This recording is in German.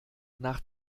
nach